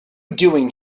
doing